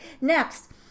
next